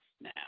now